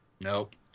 Nope